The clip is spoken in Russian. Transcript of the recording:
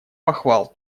похвал